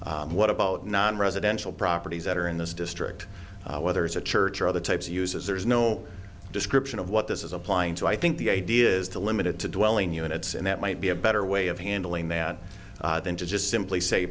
unit what about not residential properties that are in this district whether it's a church or other types uses there is no description of what this is applying to i think the idea is to limited to dwell in units and that might be a better way of handling that than to just simply say